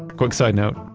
quick side note.